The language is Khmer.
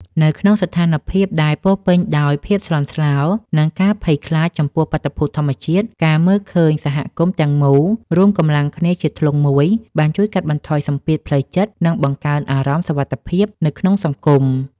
នៅក្នុងស្ថានភាពដែលពោរពេញដោយភាពស្លន់ស្លោ និងការភ័យខ្លាចចំពោះបាតុភូតធម្មជាតិ ការមើលឃើញសហគមន៍ទាំងមូលរួមកម្លាំងគ្នាជាធ្លុងមួយ បានជួយកាត់បន្ថយសម្ពាធផ្លូវចិត្ត និងបង្កើនអារម្មណ៍សុវត្ថិភាពនៅក្នុងសង្គម។